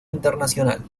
internacional